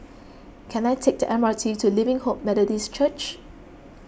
can I take the M R T to Living Hope Methodist Church